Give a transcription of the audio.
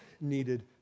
needed